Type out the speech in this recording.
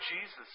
Jesus